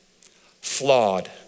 flawed